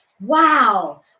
Wow